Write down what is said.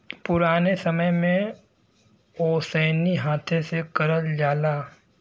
पुराने समय में ओसैनी हाथे से करल जाला